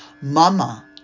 Mama